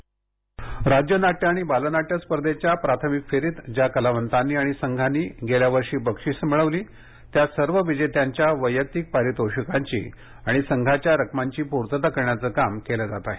बक्षीसरूपे मदत राज्य नाट्य आणि बालनाट्य स्पर्धेच्या प्राथमिक फेरीत ज्या कलावंतांनी आणि संघाने गेल्या वर्षी बक्षीसं मिळवली त्या सर्व विजेत्यांच्या वैयक्तिक पारितोषिकांची आणि संघाच्या रकमांची पूर्तता करण्याचे काम केलं जात आहे